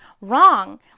wrong